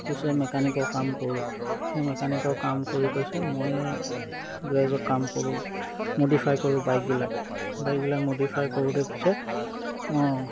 কৈছে মেকানিকৰ কাম কৰোঁ সেই মেকানিকৰ কাম কৰি কৈছে মই গ্ৰেজত কাম কৰোঁ মডিফাই কৰোঁ বাইকবিলাক বাইকবিলাক মডিফাই কৰোঁতে কৈছে অঁ